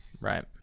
Right